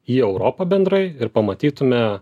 į europą bendrai ir pamatytume